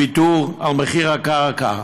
ויתור על מחיר הקרקע.